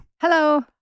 Hello